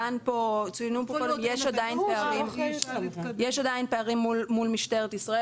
יש עדיין פערים מול משטרת ישראל,